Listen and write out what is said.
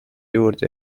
juurde